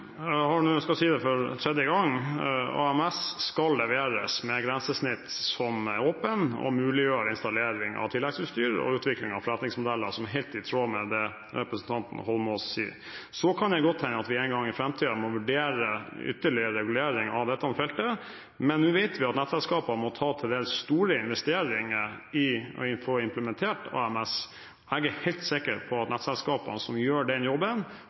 skal nå si det for tredje gang: AMS skal leveres med grensesnitt som er åpent og muliggjør installering av tilleggsutstyr og utvikling av forretningsmodeller, som er helt i tråd med det representanten Holmås sier. Så kan det det godt hende at vi en gang i framtiden må vurdere ytterligere regulering av dette feltet, men nå vet vi at nettselskapene må gjøre til dels store investeringer for å få implementert AMS. Jeg er helt sikker på at nettselskapene som gjør den jobben,